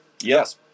Yes